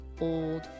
old